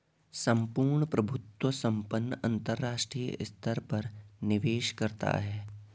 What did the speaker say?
सम्पूर्ण प्रभुत्व संपन्न अंतरराष्ट्रीय स्तर पर निवेश करता है